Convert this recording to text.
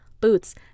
boots